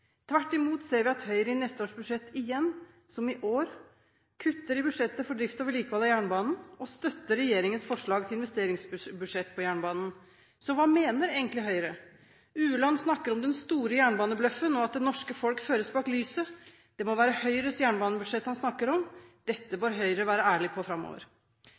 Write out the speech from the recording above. Tvert imot ser vi at Høyre i neste års budsjett, igjen, som i år, kutter i budsjettet for drift og vedlikehold av jernbanen og støtter regjeringens forslag til investeringsbudsjett for jernbanen. Så hva mener egentlig Høyre? Ueland snakker om den store jernbanebløffen og at det norske folk føres bak lyset. Det må være Høyres jernbanebudsjett han snakker om. Dette bør Høyre være ærlig på framover.